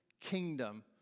kingdom